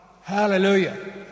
Hallelujah